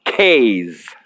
K's